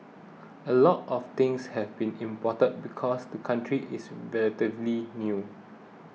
a lot of things have been imported because the country is relatively new